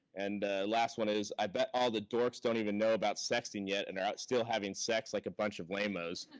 and last one is, i bet all the dorks don't even know about sexting yet and are out still having sex like a bunch of lame-o's.